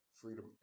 Freedom